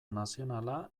nazionala